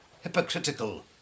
hypocritical